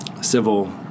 civil